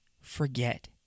forget